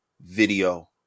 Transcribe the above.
video